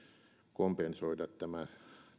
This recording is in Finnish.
kompensoida tämä